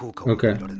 Okay